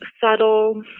subtle